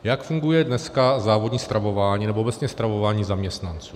Jak funguje dneska závodní stravování, nebo obecně stravování zaměstnanců?